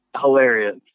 hilarious